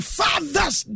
fathers